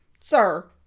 Sir